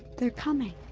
they're coming.